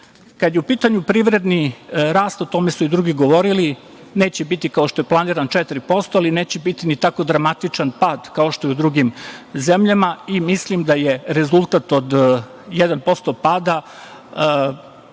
je u pitanju privredni rast, o tome su i drugi govorili, neće biti kao što je planiran 4%, ali neće biti ni tako dramatičan pad, kao što je u drugim zemljama i mislim da je rezultat od 1% pada